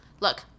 Look